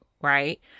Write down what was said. Right